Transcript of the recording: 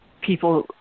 people